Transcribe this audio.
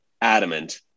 adamant